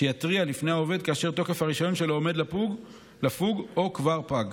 שיתריע בפני העובד כאשר תוקף הרישיון שלו עומד לפוג או כבר פג.